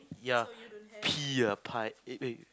ya pee uh pie